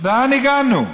לאן הגענו?